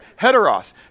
Heteros